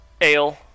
ale